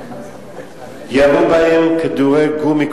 ירו בהם כדורי גומי,